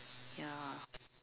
ya